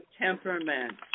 Temperament